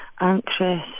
anxious